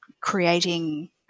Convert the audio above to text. creating